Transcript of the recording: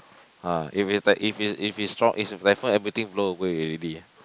ah if it's like if it if it strong if is typhoon everything blow away already